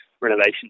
renovation